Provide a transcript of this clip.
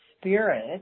spirit